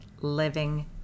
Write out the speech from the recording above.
living